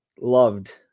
loved